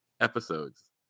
episodes